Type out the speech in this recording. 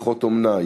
משפחות אומנה,